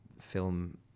film